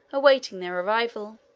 awaiting their arrival.